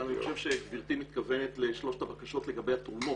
אבל אני חושב שגברתי מתכוונת לשלוש הבקשות לגבי התרומות.